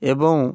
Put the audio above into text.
ଏବଂ